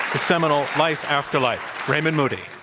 the seminal life after life. raymond moody.